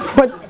but,